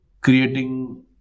creating